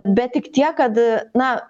bet tik tiek kad na